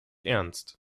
ernst